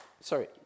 Sorry